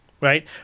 right